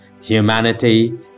Humanity